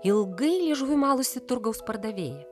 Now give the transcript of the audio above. ilgai liežuviu malusi turgaus pardavėja